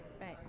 right